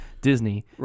Disney